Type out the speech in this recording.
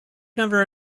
never